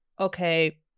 okay